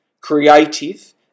creative